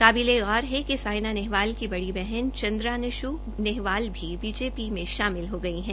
काबिलेगौर है कि सायना नेहवाल की बड़ी बहन चंद्रानश् नेहवाल भी बीजेपी में शामिल हो गई है